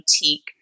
boutique